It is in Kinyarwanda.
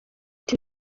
ati